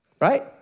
right